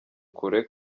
kure